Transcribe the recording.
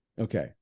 okay